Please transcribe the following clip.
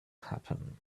happen